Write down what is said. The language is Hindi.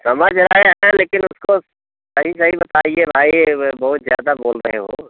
समझ रहे हैं लेकिन उसको सही सही बताइए भाई बहुत ज़्यादा बोल रहे हो